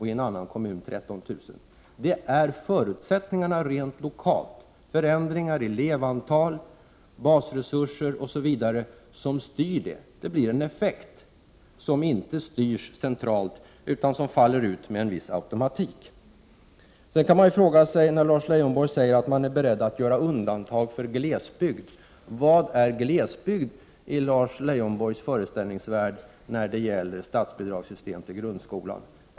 och i den andra kommunen 13 000 kr. Det är förutsättningarna rent lokalt — förändringar i elevantal, basresurser osv. — som styr detta. Det blir en effekt som inte styrs centralt, utan som faller ut med en viss automatik. Lars Leijonborg säger att man är beredd att göra undantag för glesbygden. Vad är glesbygd i Lars Leijonborgs föreställningsvärld när det gäller statsbidragssystem för grundskolan?